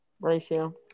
Ratio